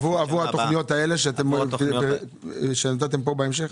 עבור התוכניות הללו שכתבתם כאן בהמשך?